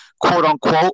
quote-unquote